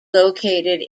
located